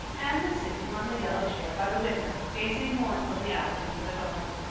anne was sitting on the yellow chair by the window gazing mournfully out into the garden.